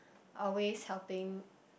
always helping